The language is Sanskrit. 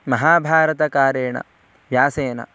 महाभारतकारेण व्यासेन